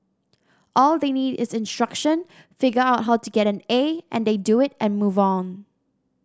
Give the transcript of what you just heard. all they need is instruction figure out how to get an A and they do it and move on